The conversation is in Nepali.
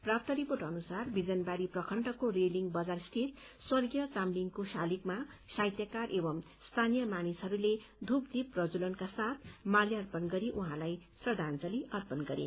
प्राप्त रिपोर्ट अनुसार बिजनबारी प्रखण्डको रेलिंग बजार स्थित स्वर्गीय चामलिङको शालिगमा साहित्यकार एव स्थानीय मानिसहरूले धूपद्वीप प्रज्जवलनका साथ माल्यार्पण गरी उहाँलाई श्रच्छांजली अर्पण गरे